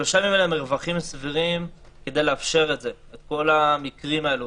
שלושת הימים האלה הם מרווח סביר כדי לאפשר את כל המקרים האלו,